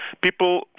people